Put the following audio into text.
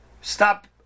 stop